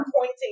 pointing